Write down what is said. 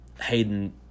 Hayden